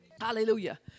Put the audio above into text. Hallelujah